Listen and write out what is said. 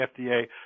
FDA